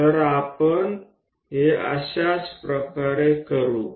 તો આપણે તે આ જ રીતે કરીશું